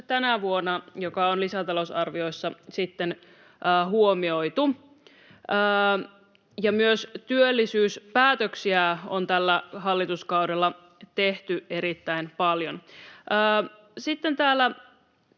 tänä vuonna, mikä on lisätalousarviossa sitten huomioitu. Myös työllisyyspäätöksiä on tällä hallituskaudella tehty erittäin paljon. Sitten täällä